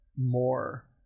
more